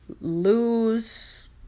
lose